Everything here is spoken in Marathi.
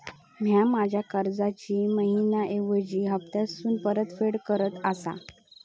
म्या माझ्या कर्जाची मैहिना ऐवजी हप्तासून परतफेड करत आसा